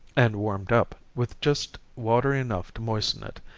and warmed up, with just water enough to moisten it,